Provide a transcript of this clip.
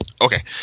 Okay